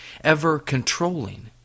ever-controlling